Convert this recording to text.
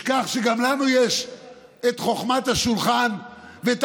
ישכח שגם לנו יש את חוכמת השולחן ואת